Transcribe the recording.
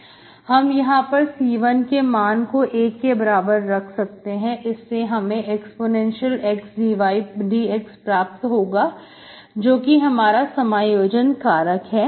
हम यहां पर C1 के मान को एक के बराबर रख सकते हैं इससे हमें ex dx प्राप्त होगा जो कि हमारा समायोजन कारक है